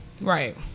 Right